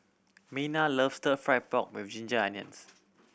Minna loves Stir Fry pork with ginger onions